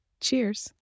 Cheers